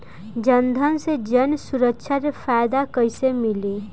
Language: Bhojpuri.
जनधन से जन सुरक्षा के फायदा कैसे मिली?